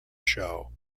show